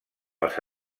els